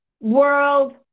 world